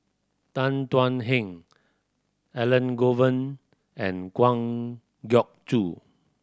Tan Thuan Heng Elangovan and Kwa Geok Choo